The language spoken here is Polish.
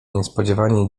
niespodzianie